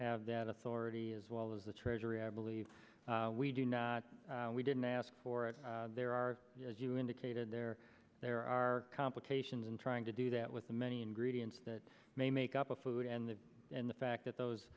have that authority as well as the treasury i believe we do not we didn't ask for it there are as you indicated there there are complications in trying to do that with the many ingredients that may make up a food and the and the fact that those